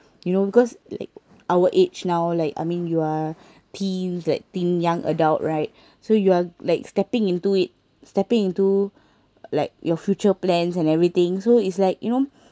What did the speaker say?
you know because like our age now like I mean you are teens like teen young adult right so you are like stepping into it stepping into like your future plans and everything so it's like you know